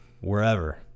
wherever